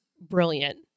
brilliant